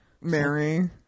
mary